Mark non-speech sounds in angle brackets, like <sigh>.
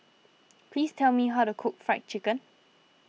<noise> please tell me how to cook Fried Chicken